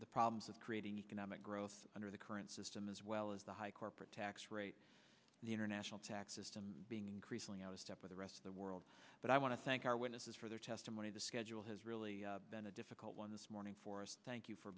the problems of creating economic growth under the current system as well as the high corporate tax rate the international tax system being increasingly out of step with the rest of the world but i want to thank our witnesses for their testimony the schedule has really been a difficult one this morning for us thank you for